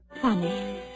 Funny